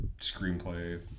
screenplay